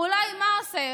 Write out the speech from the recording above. אולי, מה הוא עושה?